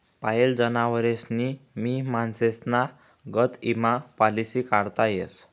पायेल जनावरेस्नी भी माणसेस्ना गत ईमा पालिसी काढता येस